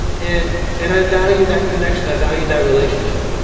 and and i value that connection, i value that relationship.